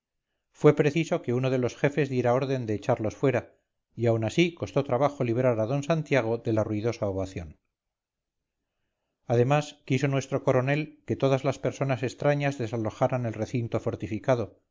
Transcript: fue preciso que uno de los jefes diera orden de echarlos fuera y aun así costó trabajo librar a d santiago de la ruidosa ovación además quiso nuestro coronel que todas las personas extrañas desalojaran el recinto fortificado